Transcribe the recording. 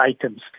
items